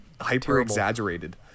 hyper-exaggerated